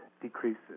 decreases